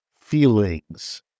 feelings